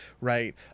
right